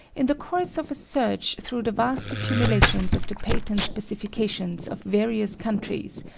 in the course of a search through the vast accumulations of the patent specifications of various countries,